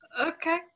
okay